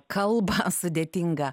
kalbą sudėtinga